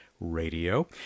radio